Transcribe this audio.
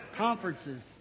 Conferences